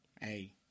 hey